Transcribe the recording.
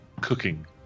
cooking